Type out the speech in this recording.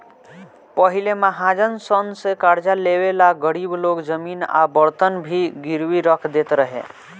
पहिले महाजन सन से कर्जा लेवे ला गरीब लोग जमीन आ बर्तन भी गिरवी रख देत रहे